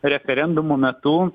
referendumo metu